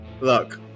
look